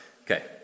Okay